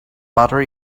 butter